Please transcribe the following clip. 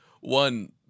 One